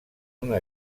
una